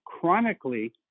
chronically